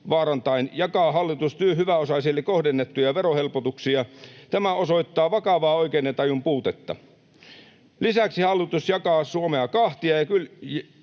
jakaa hallitus hyväosaisille kohdennettuja verohelpotuksia. Tämä osoittaa vakavaa oikeudentajun puutetta. Lisäksi hallitus jakaa Suomea kahtia